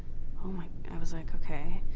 oh my, i was like, okay.